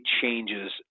changes